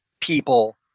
people